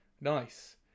nice